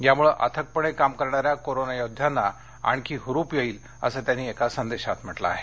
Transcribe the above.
यामुळे अथकपणे काम करणाऱ्या कोरोना योद्ध्यांना आणखी हुरूप येईल असं त्यांनी एका संदेशात म्हटलं आहे